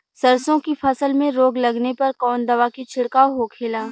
सरसों की फसल में रोग लगने पर कौन दवा के छिड़काव होखेला?